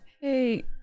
Hey